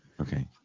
Okay